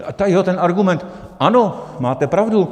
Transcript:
A ten argument, ano, máte pravdu.